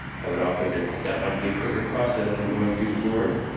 i would offer that that might be a quicker process than going through the board.